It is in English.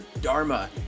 dharma